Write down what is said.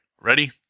ready